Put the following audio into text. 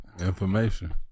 Information